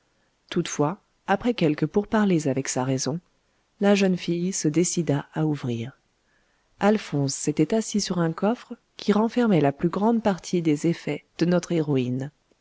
toutefois après quelques pourparlers avec sa raison la jeune fille se décida à ouvrir alphonse s'était assis sur un coffre qui renfermait la plus grande partie des effets de notre héroïne